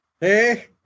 Hey